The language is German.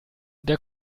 der